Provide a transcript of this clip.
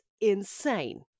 insane